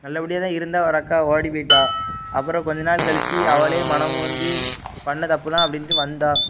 நல்லபடியாக தான் இருந்தால் ஒரு அக்கா ஓடிப்போயிட்டால் அப்புறம் கொஞ்சம் நாள் கழிச்சி அவள் மனம் வந்து பண்ண தப்பு தான் அப்படின்ட்டு வந்தால்